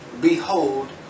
Behold